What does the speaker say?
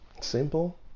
simple